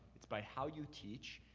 it's by how you teach,